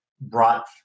brought